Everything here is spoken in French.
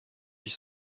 huit